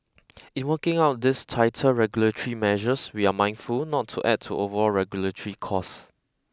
in working out these tighter regulatory measures we're mindful not to add to overall regulatory costs